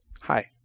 Hi